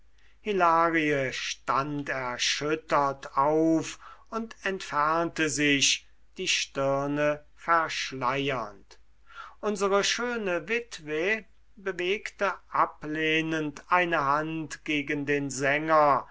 stand erschüttert auf und entfernte sich die stirne verschleiernd unsere schöne witwe bewegte ablehnend eine hand gegen den sänger